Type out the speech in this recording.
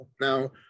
Now